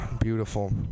Beautiful